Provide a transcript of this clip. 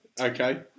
okay